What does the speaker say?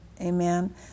Amen